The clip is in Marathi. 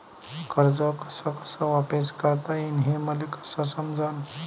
कर्ज कस कस वापिस करता येईन, हे मले कस समजनं?